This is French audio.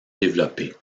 développée